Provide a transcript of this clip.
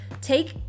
take